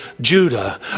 Judah